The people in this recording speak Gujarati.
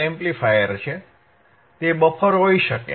તે બફર હોઇ શકે છે